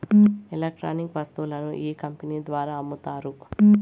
electronic వస్తువులను ఈ company ద్వారా అమ్ముతారు